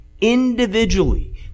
individually